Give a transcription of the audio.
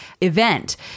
event